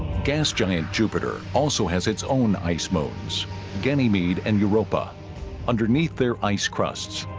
gas giant jupiter also has its own ice modes ganymede and europa underneath their ice crusts.